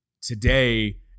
today